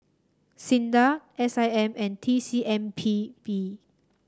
SINDA S I M and T C M P B